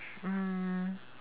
mm